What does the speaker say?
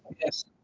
Yes